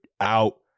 out